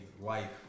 life